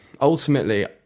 ultimately